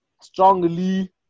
strongly